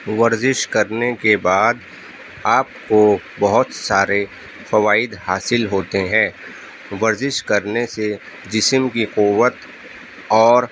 ورزش کرنے کے بعد آپ کو بہت سارے فوائد حاصل ہوتے ہیں ورزش کرنے سے جسم کی قوت اور